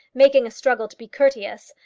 making a struggle to be courteous,